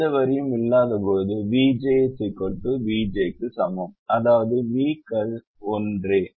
எந்த வரியும் இல்லாதபோது இது vj vj க்கு சமம் அதாவது v கள் ஒன்றே